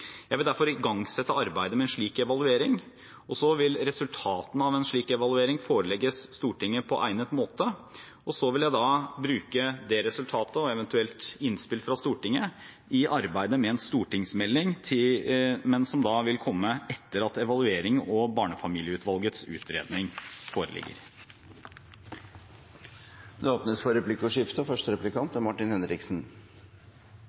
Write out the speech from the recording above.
Jeg vil derfor igangsette arbeidet med en slik evaluering, og så vil resultatet av en slik evaluering forelegges Stortinget på egnet måte. Så vil jeg bruke det resultatet og et eventuelt innspill fra Stortinget i arbeidet med en stortingsmelding, som vil komme etter at evaluering og barnefamilieutvalgets utredning foreligger. Det blir replikkordskifte.